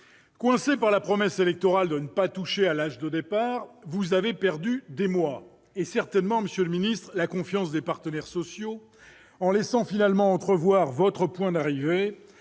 Coincés par la promesse électorale de ne pas toucher à l'âge de départ, vous avez perdu des mois, et certainement la confiance des partenaires sociaux, en laissant finalement entrevoir votre point d'arrivée